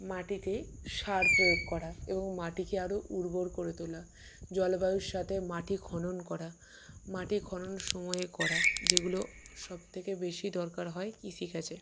মাটিতে সার প্রয়োগ করা এবং মাটিকে আরও উর্বর করে তোলা জলবায়ুর সাথে মাটি খনন করা মাটি খনন সময়ে করা যেগুলো সব থেকে বেশি দরকার হয় কৃষিকাজে